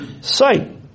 sight